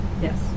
Yes